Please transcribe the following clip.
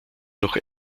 noch